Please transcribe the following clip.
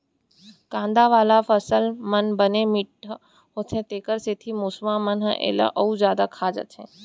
कांदा वाला फसल मन बने मिठ्ठ होथे तेखर सेती मूसवा मन ह एला अउ जादा खा जाथे